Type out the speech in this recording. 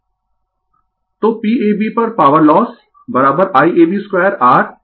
Refer slide Time 1253 तो Pab पर power loss Iab2R ab